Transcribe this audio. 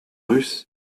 russes